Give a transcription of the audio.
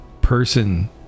person